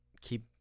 Keep